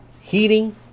Heating